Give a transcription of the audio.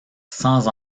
sans